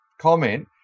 comment